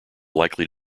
likely